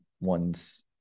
one's